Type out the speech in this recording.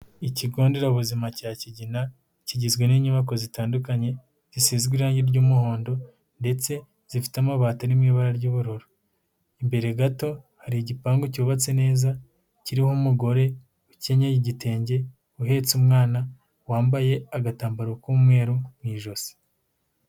Ikigo nderabuzima cya Kigina, kigizwe n'inyubako zitandukanye, zisizwe irangi ry'umuhondo ndetse zifite amabati ari mu ibara ry'ubururu. Imbere gato hari igipangu cyubatse neza, kiriho umugore ukenyeye igitenge, uhetse umwana, wambaye agatambaro k'umweru mu ijosi.